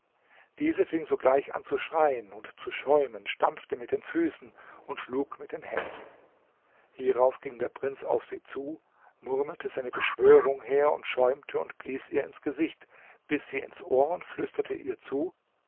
diese fing sogleich an zu schreien und zu schäumen stampfte mit den füßen und schlug mit den händen hierauf ging der prinz auf sie zu murmelte seine beschwörungen her und schäumte und blies ihr ins gesicht biß sie ins ohr und flüsterte ihr zu